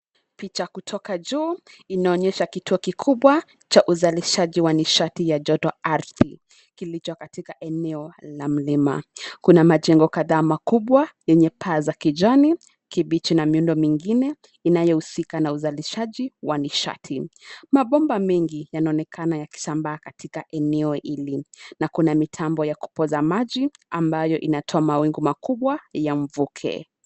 Picha kutoka juu, inaonyesha kituo kikubwa, cha uzalishaji wa mishati ya joto ardhi, kilicho katika eneo la mlima, kuna majengo kadhaa makubwa, yenye paa za kijani, kibichi na miundo mingine, inayohusika na uzalishaji wa nishati, mabomba mengi yanaonekana yakisambaa katika eneo hili, na kuna mitambo ya kupoza maji, ambayo inatoa mawingu makubwa ya mvuke.